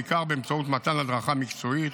בעיקר באמצעות מתן הדרכה מקצועית